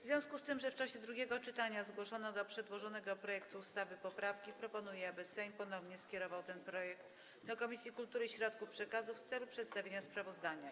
W związku z tym, że w czasie drugiego czytania zgłoszono do przedłożonego projektu ustawy poprawki, proponuję, aby Sejm ponownie skierował ten projekt do Komisji Kultury i Środków Przekazu w celu przedstawienia sprawozdania.